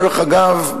דרך אגב,